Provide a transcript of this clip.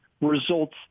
results